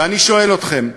ואני שואל אתכם: